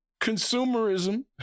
consumerism